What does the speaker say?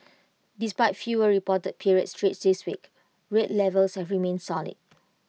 despite fewer reported period trades this week rate levels have remained solid